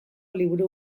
liburu